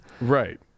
Right